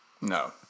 No